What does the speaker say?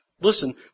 Listen